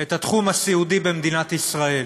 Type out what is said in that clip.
את התחום הסיעודי במדינת ישראל.